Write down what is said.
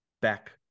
back